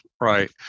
right